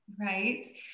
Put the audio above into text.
right